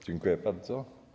Dziękuję bardzo.